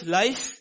life